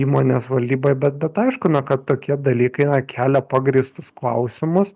įmonės valdyboj bet bet aišku na kad tokie dalykai na kelia pagrįstus klausimus